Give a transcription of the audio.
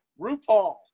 RuPaul